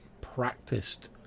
practiced